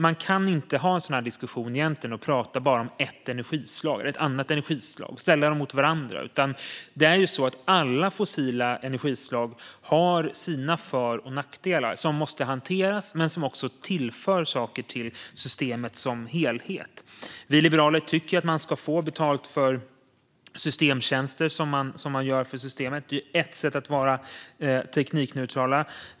Man kan inte ha en sådan här diskussion och prata bara om ett energislag eller om ett annat energislag och ställa dem mot varandra, utan alla fossilfria energislag har sina för och nackdelar som måste hanteras men som också tillför saker till systemet som helhet. Vi liberaler tycker att man ska få betalt för systemtjänster som man gör för systemet. Det är ett sätt att vara teknikneutral.